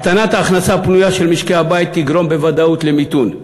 הקטנת ההכנסה הפנויה של משקי הבית תגרום בוודאות למיתון,